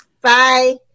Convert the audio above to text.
Bye